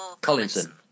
Collinson